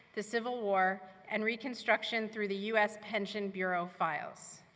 the civil war and reconstruction through the us pension bureau files.